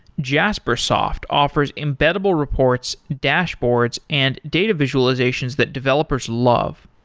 jaspersoft offers embeddable reports, dashboards and data visualizations that developers love.